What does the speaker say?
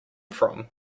from